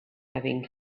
having